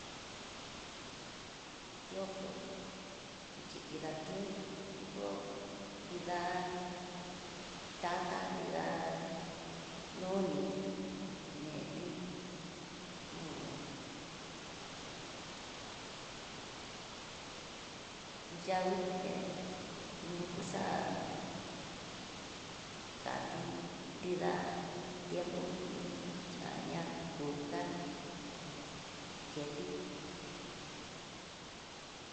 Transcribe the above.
Tioko, hukidatioti tiko, nrida tata nrida noni, netin núu yawui téte, yukuxa kati nrida'a, tiempo aña kuka, keti.